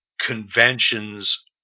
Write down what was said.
conventions